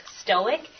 stoic